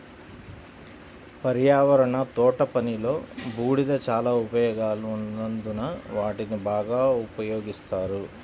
పర్యావరణ తోటపనిలో, బూడిద చాలా ఉపయోగాలు ఉన్నందున వాటిని బాగా ఉపయోగిస్తారు